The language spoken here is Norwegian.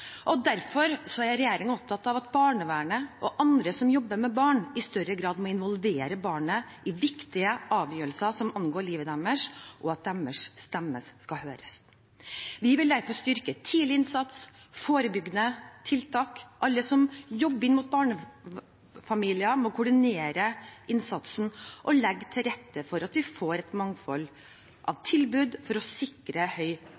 og derfor er regjeringen opptatt av at barnevernet og andre som jobber med barn, i større grad må involvere barnet i viktige avgjørelser som angår livet deres, og at deres stemme skal høres. Vi vil derfor styrke tidlig innsats og forebyggende tiltak – alle som jobber inn mot barnefamilier, må koordinere innsatsen og legge til rette for at vi får et mangfold av